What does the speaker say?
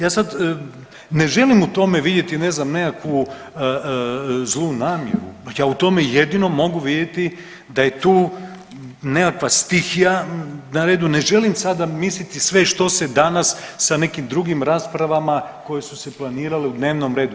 Ja sad ne želim o tome vidjeti ne znam nekakvu zlu namjeru, pa ja u tome jedino mogu vidjeti da je tu nekakva stihija na redu, ne želim sada misliti sve što se danas sa nekim drugim raspravama koje su se planirale u dnevnom redu.